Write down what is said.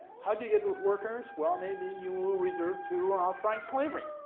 how do you get those workers? well maybe you will resort to outright slavery.